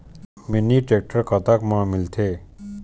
Mini tractor कतक म मिलथे?